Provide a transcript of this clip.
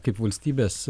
kaip valstybės